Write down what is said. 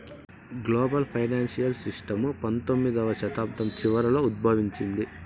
global financial system పంతొమ్మిదవ శతాబ్దం చివరలో ఉద్భవించింది